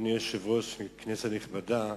אדוני היושב-ראש, כנסת נכבדה,